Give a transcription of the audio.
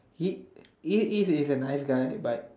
if Eve is a nice guy but